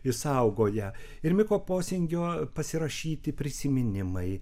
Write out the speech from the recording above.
išsaugoję ir miko posingio pasirašyti prisiminimai